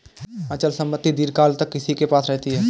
अचल संपत्ति दीर्घकाल तक किसी के पास रहती है